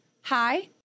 hi